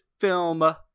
film